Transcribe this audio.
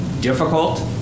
difficult